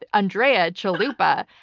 ah andrea chalupa.